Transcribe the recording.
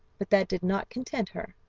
but that did not content her.